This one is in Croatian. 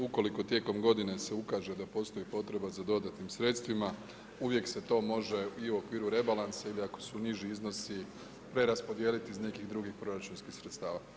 Ukoliko tijekom godine se ukaže da postoji potreba za dodatnim sredstvima uvijek se to može i u okviru rebalansa i ako su niži iznosi preraspodijeliti iz nekih drugih proračunskih sredstava.